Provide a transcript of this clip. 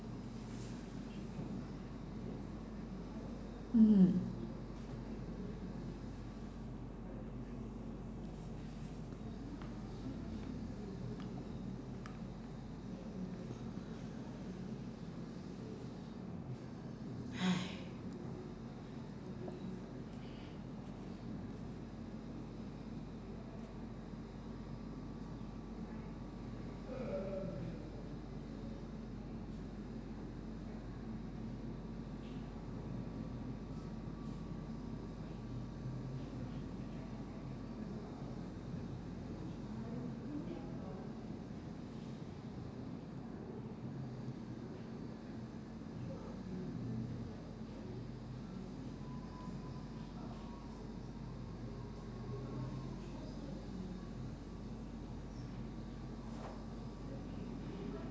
mm